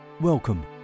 Welcome